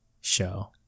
show